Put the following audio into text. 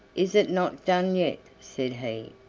is it not done yet? said he.